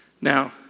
Now